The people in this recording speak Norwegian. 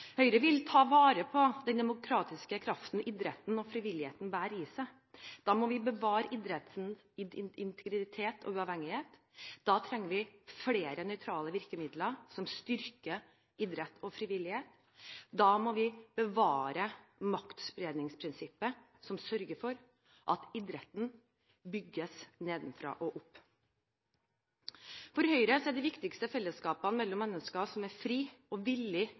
Høyre vil ta vare på den demokratiske kraften idretten og frivilligheten bærer i seg. Da må vi bevare idrettens integritet og uavhengighet, da trenger vi flere nøytrale virkemidler som styrker idrett og frivillighet, og da må vi bevare det maktspredningsprinsippet som sørger for at idretten bygges nedenfra og opp. For Høyre er fellesskapene mellom mennesker som er frie og villig